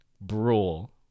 Brule